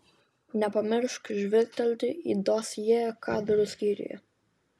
nepamiršk žvilgtelėti į dosjė kadrų skyriuje